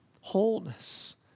wholeness